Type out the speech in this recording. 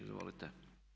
Izvolite.